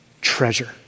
Treasure